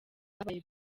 babaye